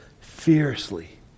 fiercely